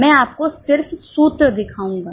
मैंआप को सिर्फ सूत्र दिखाऊंगा